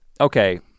okay